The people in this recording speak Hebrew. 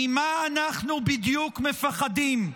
ממה אנחנו בדיוק מפחדים?